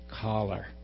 collar